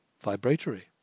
vibratory